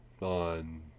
on